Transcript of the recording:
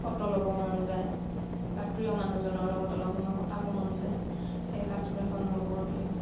ফট' ল'ব মন যায় তাত প্ৰিয় মানুহজনৰ লগত অলপ সময় কটাব মন যায় সেই কাশ্মীৰখন মোৰ বৰ প্ৰিয়